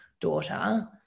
daughter